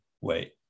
wait